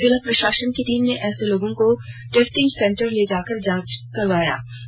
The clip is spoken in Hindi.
जिला प्रशासन की टीम ऐसे लोगों को टेस्टिंग सेंटर ले जाकर जांच करवा रही है